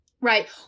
Right